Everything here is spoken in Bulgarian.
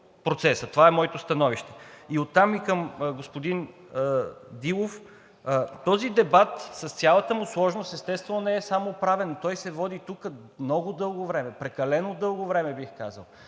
Това е моето становище. Оттам и към господин Дилов. Този дебат с цялата му сложност, естествено, не е само правен. Той се води тук много дълго време, прекалено дълго време бих казал.